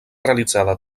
realitzada